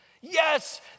Yes